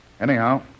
Anyhow